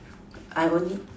I only